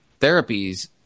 therapies